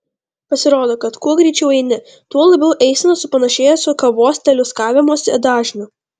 pasirodo kad kuo greičiau eini tuo labiau eisena supanašėja su kavos teliūskavimosi dažniu